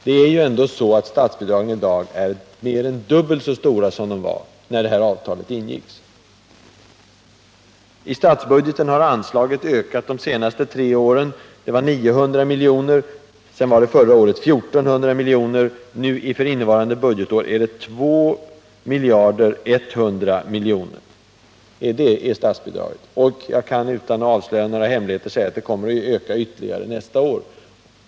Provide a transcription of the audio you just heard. Det är ju ändå så att statsbidragen i dag är mer än dubbelt så stora som de var när avtalet ingicks. I statsbudgeten har anslagen ökat de tre senaste åren: för två år sedan var de 900 milj.kr., förra året var de 1 400 milj.kr. och för innevarande budgetår är de 2 100 milj.kr. Jag kan också utan att avslöja några hemligheter lova att de kommer att öka ytterligare nästa år.